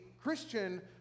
Christian